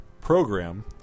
program